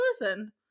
listen